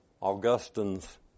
Augustine's